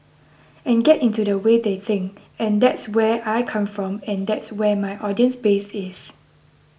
and get into the way they think and that's where I come from and that's where my audience base is